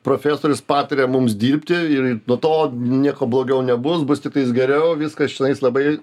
profesorius pataria mums dirbti ir nuo to nieko blogiau nebus bus tiktais geriau viskas čionais labai